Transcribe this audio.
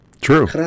True